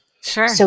Sure